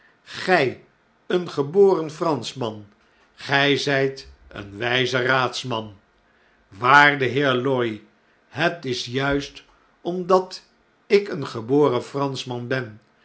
een geboren franschman gy zyt een wyze raadsman waarde heer lorry het is juist omdat ik een geboren franschman ben